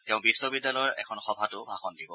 তেওঁ বিশ্ববিদ্যালয়ৰ এখন সভাতো ভাষণ দিব